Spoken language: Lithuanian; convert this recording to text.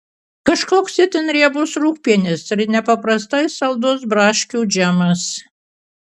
kažkoks itin riebus rūgpienis ir nepaprastai saldus braškių džemas